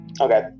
Okay